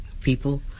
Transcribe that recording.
people